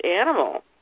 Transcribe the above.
animal